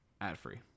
ad-free